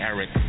Eric